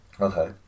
Okay